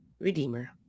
redeemer